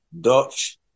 Dutch